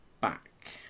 back